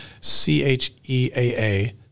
C-H-E-A-A